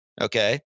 Okay